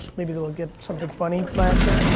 maybe they'll give something funny by accident.